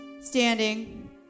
standing